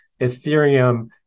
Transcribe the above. ethereum